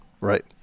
Right